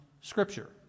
Scripture